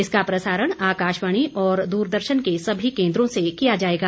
इसका प्रसारण आकाशवाणी और दूरदर्शन के सभी केन्द्रों से किया जाएगा